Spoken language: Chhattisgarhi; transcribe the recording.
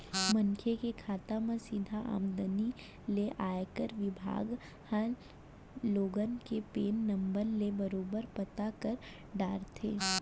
मनसे के खाता म सीधा आमदनी ले आयकर बिभाग ह लोगन के पेन नंबर ले बरोबर पता कर डारथे